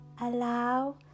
Allow